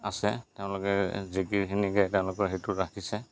আছে তেওঁলোকে জিকিৰখিনিকে তেওঁলোকৰ সেইটো ৰাখিছে